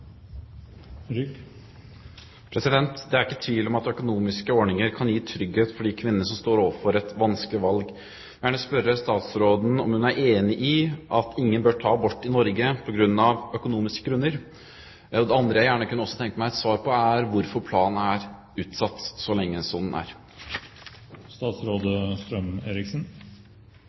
ikke tvil om at økonomiske ordninger kan gi trygghet for de kvinnene som står overfor et vanskelig valg. Jeg vil gjerne spørre statsråden om hun er enig i at ingen bør ta abort i Norge av økonomiske grunner. Det andre jeg gjerne også kunne tenke meg et svar på, er hvorfor planen har vært utsatt så lenge som den